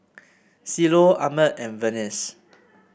Cielo Ahmed and Vernice